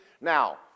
Now